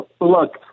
Look